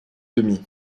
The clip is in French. demi